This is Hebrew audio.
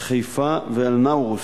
"חיפה ואלנאוראס"